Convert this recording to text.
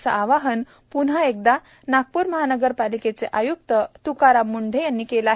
असे आवाहन प्न्हा एकदा नागप्र महानगरपालिकेचे आय्क्त त्काराम म्ंढे यांनी केले आहे